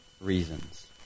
reasons